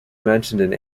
mentioned